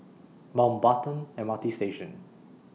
Mountbatten M R T Station